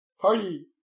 Party